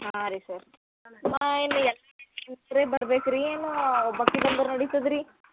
ಹಾಂ ರೀ ಸರ್ ಹಾಂ ಇಲ್ಲಿ ಬರ್ಬೇಕು ರೀ ಏನು ಭಕ್ತಿ ಬಂದರೆ ನಡಿತದೆ ರೀ